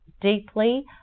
deeply